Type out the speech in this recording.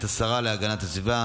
חמישה מתנגדים.